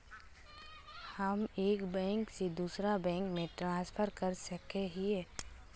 हम एक बैंक से दूसरा बैंक में ट्रांसफर कर सके हिये?